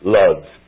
loves